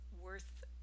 worth